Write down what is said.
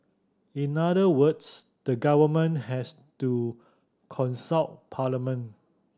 in other words the government has to consult parliament